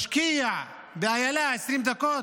משקיע באילה 20 דקות?